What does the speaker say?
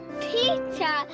Peter